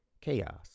chaos